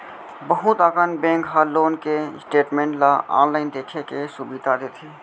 बहुत अकन बेंक ह लोन के स्टेटमेंट ल आनलाइन देखे के सुभीता देथे